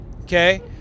okay